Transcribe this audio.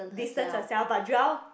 distance herself but Joel